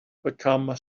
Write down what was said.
become